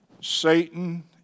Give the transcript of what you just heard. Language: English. Satan